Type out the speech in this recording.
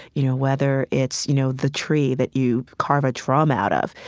you know, whether it's, you know, the tree that you carve a drum out of,